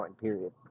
period